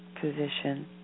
position